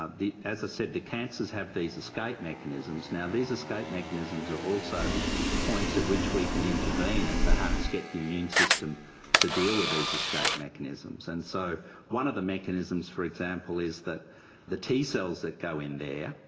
ah as i said, the cancers have these escape mechanisms. now these escape mechanisms are also points at which we can intervene and perhaps get the immune system to deal with these escape mechanisms. and so one of the mechanisms, for example, is that the t-cells that go in there,